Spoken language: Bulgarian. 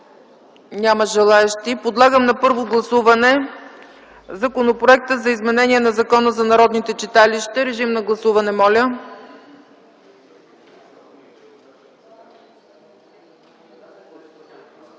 Няма желаещи. Подлагам на първо гласуване Законопроекта за изменение на Закона за народните читалища. Гласували